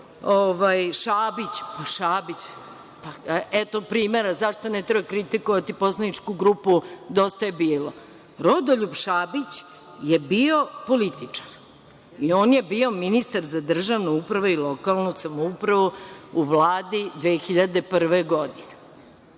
Šabić. Eto, primera zašto ne treba kritikovati poslaničku grupu Dosta je bilo. Rodoljub Šabić je bio političar i one je bio ministar za državnu upravu i lokalnu samoupravu u Vladi 2001. godine.